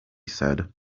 said